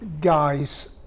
Guys